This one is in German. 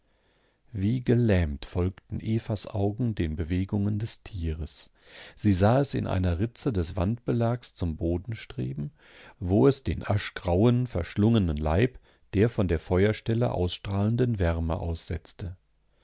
wie gelähmt folgten evas augen den bewegungen des tieres sie sah es in einer ritze des wandbelags zum boden streben wo es den aschgrauen verschlungenen leib der von der feuerstelle ausstrahlenden wärme aussetzte